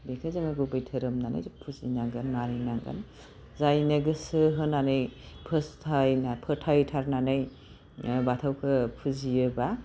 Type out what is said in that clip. बिखौ जोङो गुबै दोहोरोम होननानैसो फुजिनांगोन मानिनांगोन जायनो गोसो होनानै फोथायना फोथायथारनानै बाथौखो फुजियोबा